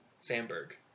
Sandberg